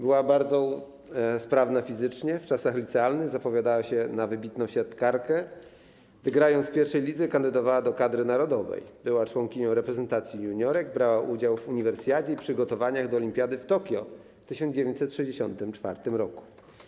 Była bardzo sprawna fizycznie, w czasach licealnych zapowiadała się na wybitną siatkarkę, grając w I lidze, kandydowała do kadry narodowej, była członkinią reprezentacji juniorek, brała udział w uniwersjadzie i w przygotowaniach do olimpiady w Tokio w 1964 r.